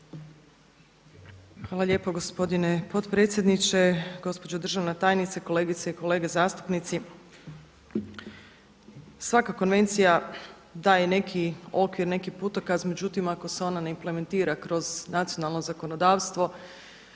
Hvala lijepo gospodine potpredsjedniče, gospođo državna tajnice, kolegice i kolege zastupnici. Svaka konvencija daje neki okvir, neki putokaz. Međutim, ako se ona ne implementira kroz nacionalno zakonodavstvo